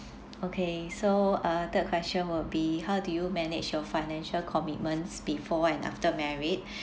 okay so uh third question will be how do you manage your financial commitments before and after married